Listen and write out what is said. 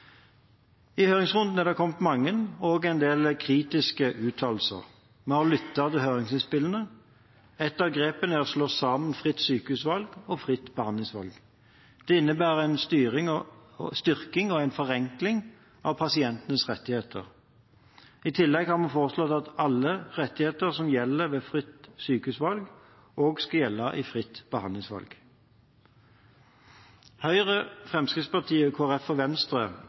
I høringsrunden er det kommet mange og til dels kritiske uttalelser. Vi har lyttet til høringsinnspillene. Ett av grepene er å slå sammen fritt sykehusvalg og fritt behandlingsvalg. Det innebærer en styrking og forenkling av pasientenes rettigheter. I tillegg har vi foreslått at alle rettigheter som gjelder ved fritt sykehusvalg, også skal gjelde i fritt behandlingsvalg. Høyre, Fremskrittspartiet, Kristelig Folkeparti og Venstre